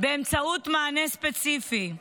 באמצעות מענה ספציפי.